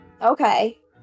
Okay